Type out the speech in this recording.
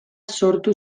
sortu